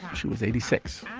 she was eighty six.